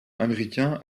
américain